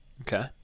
Okay